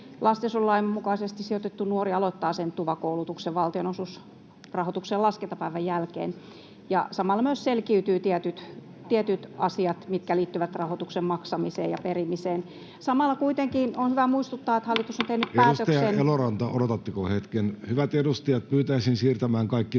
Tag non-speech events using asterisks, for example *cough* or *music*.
lastensuojelulain mukaisesti sijoitettu nuori aloittaa sen TUVA-koulutuksen valtionosuusrahoituksen laskentapäivän jälkeen. Samalla myös selkiytyvät tietyt asiat, mitkä liittyvät rahoituksen maksamiseen ja perimiseen. Samalla on kuitenkin hyvä muistuttaa, että hallitus on tehnyt päätöksen... *noise* Kiitos, puhemies! Samalla